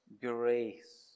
grace